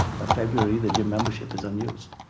by february the gym membership is unused.